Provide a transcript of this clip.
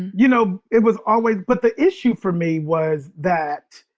you know, it was always, but the issue for me was that,